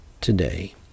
today